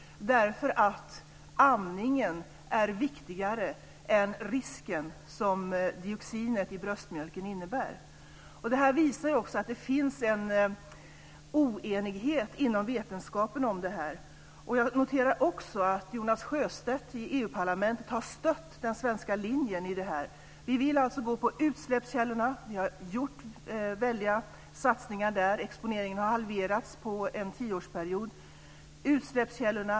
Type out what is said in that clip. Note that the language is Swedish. Detta gör man därför att amningen är viktigare än den risk som dioxinet i bröstmjölken innebär. Detta visar att det finns en oenighet inom vetenskapen om detta. Jag noterar också att Jonas Sjöstedt i EU parlamentet har stött den svenska linjen. Vi vill alltså gå på utsläppskällorna. Vi har gjort väldiga satsningar där. Exponeringen har halverats under en tioårsperiod.